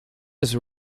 has